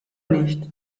nicht